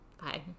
Bye